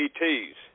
ETs